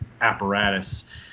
apparatus